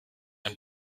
ein